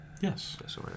Yes